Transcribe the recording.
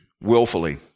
willfully